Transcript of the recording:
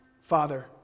Father